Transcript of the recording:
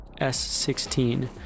S16